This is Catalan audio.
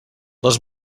les